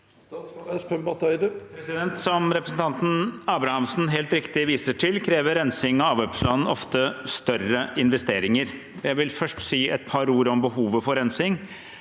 Som repre- sentanten Abrahamsen helt riktig viser til, krever rensing av avløpsvann ofte større investeringer. Jeg vil først si noen ord om behovet for rensing.